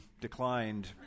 declined